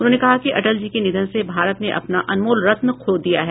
उन्होंने कहा कि अटल जी के निधन से भारत ने अपना अनमोल रत्न खो दिया है